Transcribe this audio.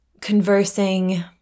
conversing